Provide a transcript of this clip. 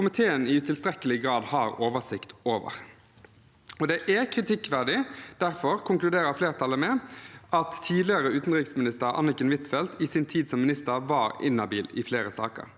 komiteen i utilstrekkelig grad har oversikt over. Det er kritikkverdig, og derfor konkluderer flertallet med at tidligere utenriksminister Anniken Huitfeldt i sin tid som minister var inhabil i flere saker.